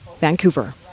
Vancouver